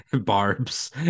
barbs